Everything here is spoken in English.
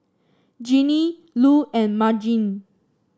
Ginny Lu and Margene